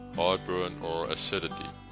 heartburn or acidity.